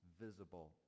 visible